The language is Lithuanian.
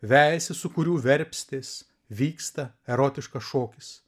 vejasi sukūrių verstės vyksta erotiškas šokis